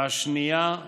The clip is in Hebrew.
והשנייה,